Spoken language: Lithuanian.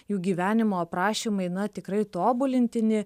jų gyvenimo aprašymai na tikrai tobulintini